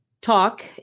talk